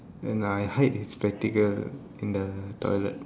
then I hide his spectacle in the toilet